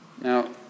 Now